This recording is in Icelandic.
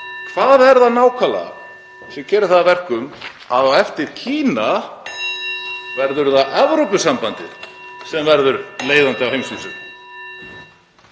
Hvað nákvæmlega gerir það að verkum að á eftir Kína verði það Evrópusambandið sem verður leiðandi á heimsvísu?